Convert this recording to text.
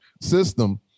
system